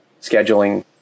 scheduling